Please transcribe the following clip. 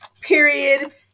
period